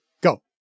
go